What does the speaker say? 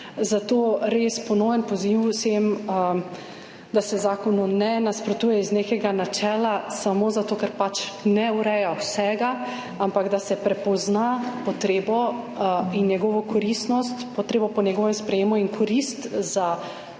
zato res ponoven poziv vsem, da se zakonu ne nasprotuje iz nekega načela samo zato, ker pač ne ureja vsega, ampak da se prepozna potrebo in njegovo koristnost, potrebo po njegovem sprejetju in korist za večjo